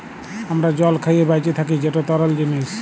আমরা জল খাঁইয়ে বাঁইচে থ্যাকি যেট তরল জিলিস